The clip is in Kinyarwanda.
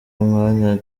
umwanya